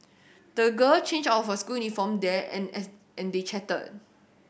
the girl changed out of her school uniform there and an and they chatted